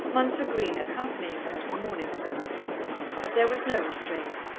mounser green accompanying her to the morning service but there was no restraint.